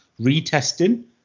retesting